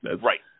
Right